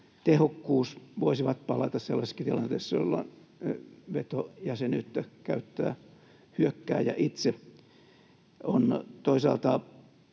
tehokkuus voisivat palata sellaisessakin tilanteessa, jolloin vetojäsenyyttä käyttää hyökkääjä itse. On toisaalta